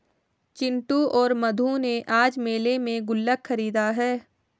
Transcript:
चिंटू और मधु ने आज मेले में गुल्लक खरीदा है